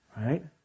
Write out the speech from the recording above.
right